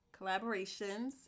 collaborations